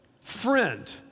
friend